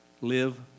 live